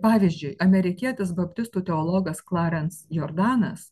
pavyzdžiui amerikietis baptistų teologas klarens jordanas